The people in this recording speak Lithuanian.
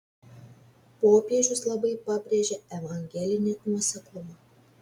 popiežius labai pabrėžia evangelinį nuoseklumą